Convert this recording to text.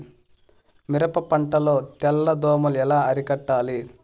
మిరప పంట లో తెల్ల దోమలు ఎలా అరికట్టాలి?